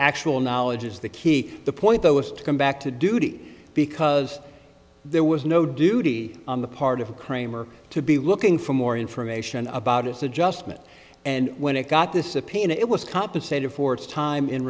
actual knowledge is the key the point though is to come back to duty because there was no duty on the part of kramer to be looking for more information about his adjustment and when it got the subpoena it was compensated for its time in